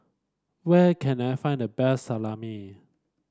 where can I find the best Salami